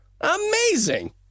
Amazing